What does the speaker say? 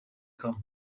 come